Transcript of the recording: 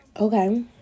Okay